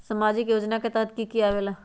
समाजिक योजना के तहद कि की आवे ला?